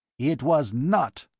it was not,